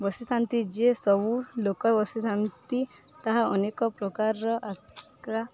ବସିଥାନ୍ତି ଯିଏ ସବୁ ଲୋକ ବସିଥାନ୍ତି ତାହା ଅନେକ ପ୍ରକାରର